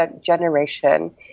generation